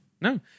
No